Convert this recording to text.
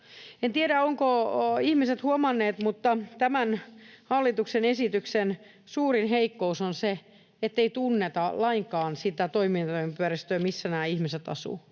En tiedä, ovatko ihmiset huomanneet, mutta tämän hallituksen esityksen suurin heikkous on se, ettei tunneta lainkaan sitä toimintaympäristöä, missä nämä ihmiset asuvat.